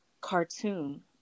cartoon